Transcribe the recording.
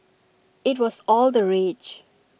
IT was all the rage